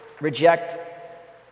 reject